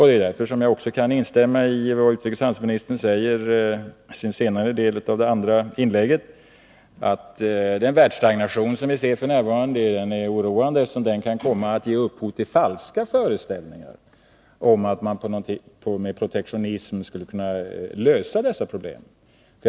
Det är därför jag också kan instämma i vad utrikesoch handelsministern säger i den senare delen av det andra inlägget, nämligen att den världsstagnation som vi ser f. n. är oroande, eftersom den kan komma att ge upphov till falska föreställningar om att man med protektionism skulle kunna lösa problemen.